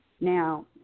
Now